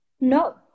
No